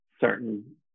certain